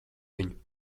viņu